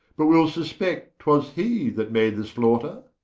but will suspect, twas he that made the slaughter?